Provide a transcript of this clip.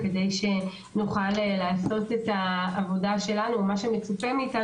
כי כדי שנוכל לעשות את מה שמצופה מאיתנו